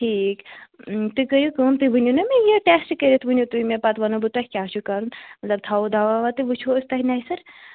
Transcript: ٹھیٖک تُہۍ کٔرِو کٲم تُہۍ ؤنِو نا مےٚ یہِ ٹیٚسٹ کٔرِتھ ؤنِو تُہۍ مےٚ پَتہٕ ونہو بہٕ تۄہہِ کیٛاہ چھُ کَرُن مطلب تھاوَو دوا ووا تہٕ وُچھو أسۍ تۄہہِ نوِ سَرٕ